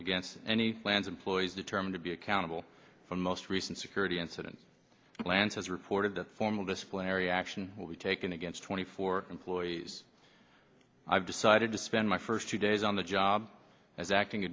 against any plans employees determined to be accountable for most recent security incidents lances reported that formal disciplinary action will be taken against twenty four employees i've decided to spend my first two days on the job as acting